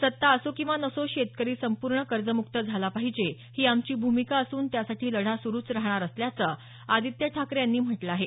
सत्ता असो किंवा नसो शेतकरी संपूर्ण कर्जमुक्त झाला पाहिजे ही आमची भूमिका असून त्यासाठी लढा सुरूच राहणार असल्याचं आदित्य ठाकरे यांनी म्हटलं आहे